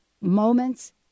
moments